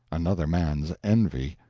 another man's envy.